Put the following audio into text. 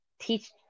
teach